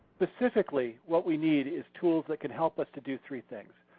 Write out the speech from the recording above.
specifically what we need is tools that can help us to do three things.